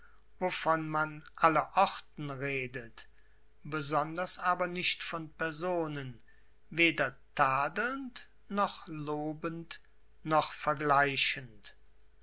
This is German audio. wovon man allerorten redet besonders aber nicht von personen weder tadelnd noch lobend noch vergleichend